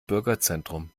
bürgerzentrum